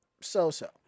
so-so